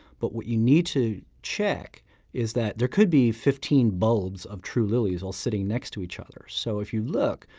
but what you need to check is that there could be fifteen bulbs of true lilies all sitting next to each other. so, if you look,